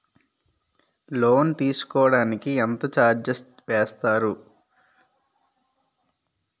Loan తీసుకోడానికి ఎంత charges వేస్తారు?